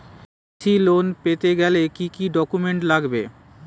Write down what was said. কৃষি লোন পেতে গেলে কি কি ডকুমেন্ট লাগবে?